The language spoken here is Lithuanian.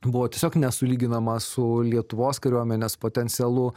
buvo tiesiog nesulyginama su lietuvos kariuomenės potencialu